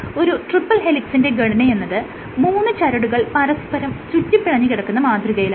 ഒരു ട്രിപ്പിൾ ഹെലിക്സിന്റെ ഘടനയെന്നത് മൂന്ന് ചരടുകൾ പരസ്പരം ചുറ്റിപ്പിണഞ്ഞ് കിടക്കുന്ന മാതൃകയിലാണ്